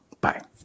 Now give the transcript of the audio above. Bye